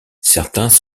certains